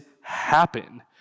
happen